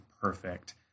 perfect